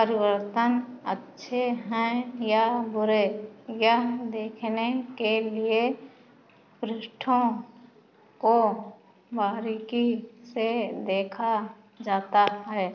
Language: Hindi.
परिवर्तन अच्छे हैं या बुरे यह देखने के लिए पृष्ठों को बारीकी से देखा जाता है